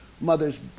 mother's